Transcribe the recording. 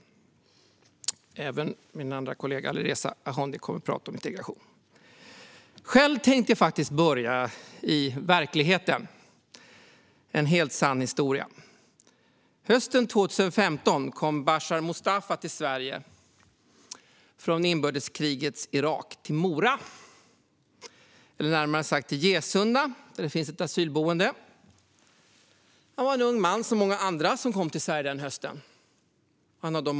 Integration kommer även min kollega Alireza Akhondi att tala om. Själv tänkte jag börja i verkligheten med en helt sann historia. Hösten 2015 kom Bashar Mustafa från inbördeskrigets Irak till Mora, närmare bestämt till Gesunda, där det finns ett asylboende. Han var en ung man bland många andra som kom till Sverige den hösten.